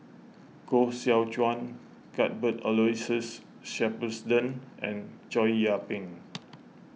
Koh Seow Chuan Cuthbert Aloysius Shepherdson and Chow Yian Ping